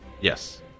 Yes